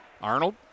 Arnold